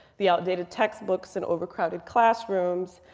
the outdated textbooks, and overcrowded classrooms,